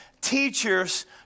teachers